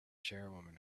chairwoman